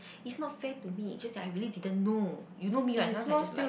it's not fair to me it's just that I really didn't know you know me what sometimes I just like